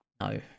No